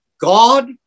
God